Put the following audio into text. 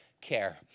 care